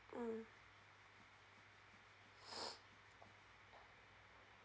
hmm